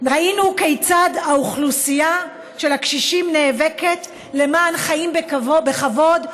ראינו כיצד האוכלוסייה של הקשישים נאבקת למען חיים בכבוד,